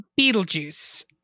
Beetlejuice